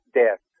death